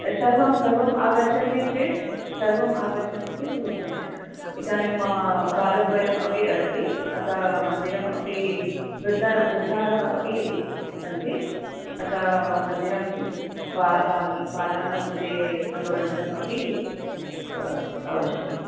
सर्वं सर्वं आगच्छन्ति चेत् सर्वं आगच्छन्ति चेत् बहु सम्यक् इदानीं बालद्वयमपि अस्ति अतः मन्दिरमपि वृद्धाः अपि सन्ति अत मन्दिरं बा ब बालानां कृते मनोरञ्जनम् अपि आवश्यकं